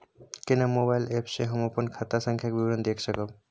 केना mobile app से हम अपन खाता संख्या के विवरण देख सकब?